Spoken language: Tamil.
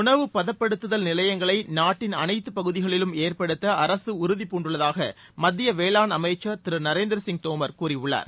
உணவு பதப்படுத்துதல் நிலையங்களை நாட்டின் அனைத்து பகுதிகளிலும் ஏற்படுத்த அரசு உறுதி பூண்டுள்ளதாக மத்திய வேளாண் அமைச்சர் திரு நரேந்திர சிங் தோமர் கூறியுள்ளார்